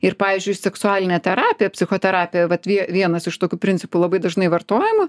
ir pavyzdžiui seksualinė terapija psichoterapija vat vie vienas iš tokių principų labai dažnai vartojama